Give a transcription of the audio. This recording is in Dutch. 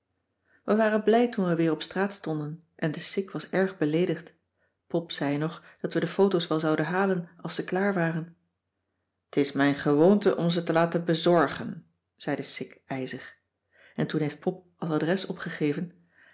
we waren blij toen we weer op straat stonden en de sik was erg beleedigd pop zei nog dat we de foto's wel zouden halen als ze klaar waren t is mijn gewoonte om ze te laten bezorgen zei de sik ijzig en toen heeft pop als adres opgegeven